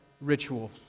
ritual